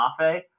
Mafe